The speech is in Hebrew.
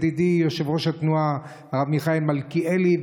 ידידי יושב-ראש התנועה הרב מיכאל מלכיאלי,